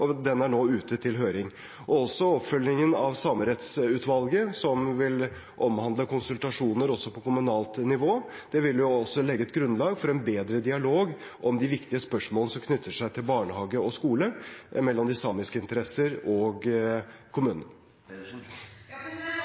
og den er nå ute til høring. Også oppfølgingen av Samerettsutvalget, som vil omhandle konsultasjoner på kommunalt nivå, vil legge et grunnlag for en bedre dialog om de viktige spørsmålene som knytter seg til barnehage og skole, mellom de samiske interesser og